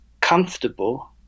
comfortable